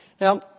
Now